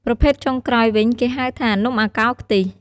ប្រភេទចុងក្រោយវិញ គេហៅថា នំអាកោរខ្ទិះ។